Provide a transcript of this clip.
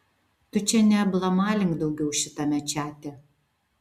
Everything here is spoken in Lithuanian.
tu čia neablamalink daugiau šitame čate